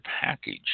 package